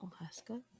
Alaska